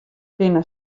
binne